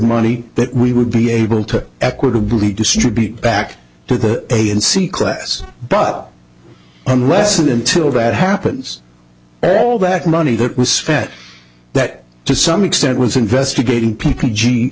money that we would be able to equitably distribute back to the a and c class but unless and until that happens all that money that was spent that to some extent was investigating p